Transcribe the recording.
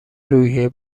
روحیه